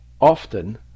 often